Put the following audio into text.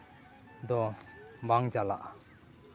ᱫᱚ ᱵᱟᱝ ᱪᱟᱞᱟᱜᱼᱟ